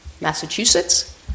Massachusetts